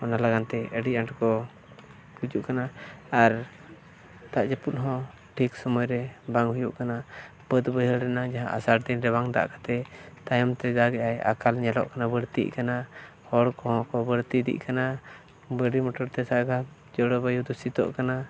ᱚᱱᱟ ᱞᱟᱹᱜᱤᱫᱼᱛᱮ ᱟᱹᱰᱤ ᱟᱸᱴ ᱠᱚ ᱜᱩᱡᱩᱜ ᱠᱟᱱᱟ ᱟᱨ ᱫᱟᱜ ᱡᱟᱹᱯᱩᱫ ᱦᱚᱸ ᱴᱷᱤᱠ ᱥᱚᱢᱚᱭ ᱨᱮ ᱵᱟᱝ ᱦᱩᱭᱩᱜ ᱠᱟᱱᱟ ᱵᱟᱹᱫᱽ ᱵᱟᱹᱭᱦᱟᱹᱲ ᱨᱮᱱᱟᱜ ᱡᱟᱦᱟᱸ ᱟᱥᱟᱲ ᱫᱤᱱ ᱨᱮ ᱵᱟᱝ ᱫᱟᱜ ᱠᱟᱛᱮᱫ ᱛᱟᱭᱚᱢ ᱛᱮ ᱫᱟᱜ ᱮᱜ ᱟᱭ ᱟᱠᱟᱞ ᱧᱮᱞᱚᱜ ᱠᱟᱱᱟ ᱵᱟᱹᱲᱛᱤᱜ ᱠᱟᱱᱟ ᱦᱚᱲ ᱠᱚᱦᱚᱸ ᱠᱚ ᱵᱟᱹᱲᱛᱤ ᱤᱫᱤᱜ ᱠᱟᱱᱟ ᱜᱟᱹᱰᱤ ᱢᱚᱴᱚᱨᱛᱮ ᱡᱟᱭᱜᱟ ᱡᱚᱛᱚ ᱫᱩᱥᱤᱛᱚᱜ ᱠᱟᱱᱟ